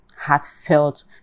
Heartfelt